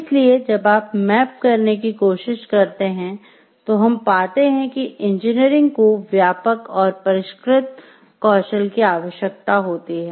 इसलिए जब आप मैप करने की कोशिश करते हैं तो हम पाते हैं कि इंजीनियरिंग को व्यापक कौशल की आवश्यकता होती है